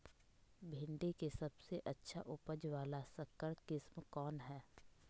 भिंडी के सबसे अच्छा उपज वाला संकर किस्म कौन है?